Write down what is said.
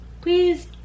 please